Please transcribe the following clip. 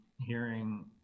hearing